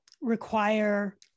require